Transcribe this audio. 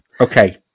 Okay